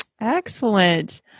Excellent